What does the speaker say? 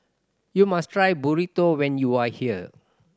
you must try Burrito when you are here